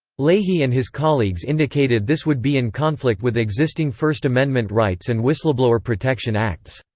leahy and his colleagues indicated this would be in conflict with existing first amendment rights and whistleblower protection acts.